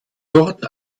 dort